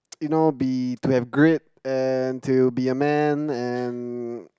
you know be to have grit and to be a man and